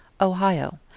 Ohio